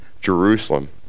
Jerusalem